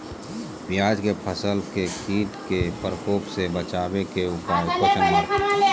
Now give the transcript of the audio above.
प्याज के फसल के कीट के प्रकोप से बचावे के उपाय?